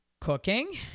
cooking